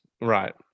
right